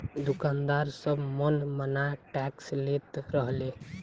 दुकानदार सब मन माना टैक्स लेत रहले